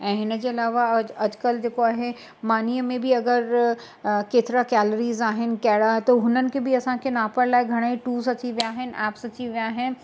ऐं हिनजे अलावा अ अॼुकल्ह जेको आहे मानीअ में बि अगरि केतिरा कैलिरिस कहिड़ा हुननि खे बि असांखे नापण लाइ घणेई टूल्स अची विया आहिनि ऐप्स अची विया आहिनि